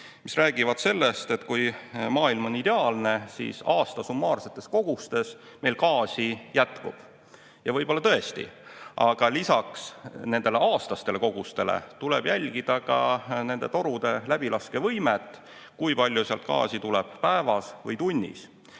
mis räägivad sellest, et kui maailm on ideaalne, siis aasta summaarsetes kogustes meil gaasi jätkub. Ja võib-olla tõesti. Aga lisaks nendele aastastele kogustele tuleb jälgida ka torude läbilaskevõimet, kui palju sealt gaasi tuleb päevas või tunnis,